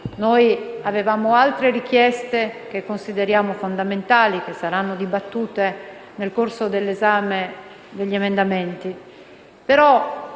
Noi avevamo altre richieste che consideriamo fondamentali, le quali saranno dibattute nel corso dell'esame degli emendamenti.